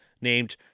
named